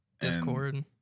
Discord